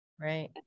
Right